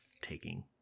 taking